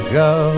go